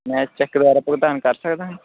ਮੈਂ ਚੈੱਕ ਦੁਆਰਾ ਭੁਗਤਾਨ ਕਰ ਸਕਦਾ ਹਾਂ